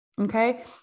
Okay